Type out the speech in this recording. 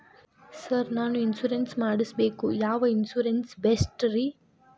Sir ನಾನು insurance ಮಾಡಿಸಬೇಕು ಯಾವ ಇನ್ಶೂರೆನ್ಸ್ ಬೆಸ್ಟ್ರಿ?